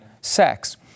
sex